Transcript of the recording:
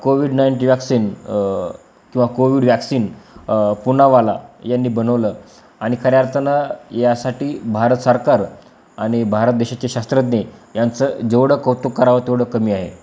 Covid ninety vaccine किंवा Covid vaccine Poonawalla यांनी बनवलं आणि खऱ्या अर्थानं यासाठी भारत सरकार आणि भारत देशाचे शास्त्रज्ञ यांचं जेवढं कौतुक करावं तेवढं कमी आहे